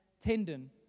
tendon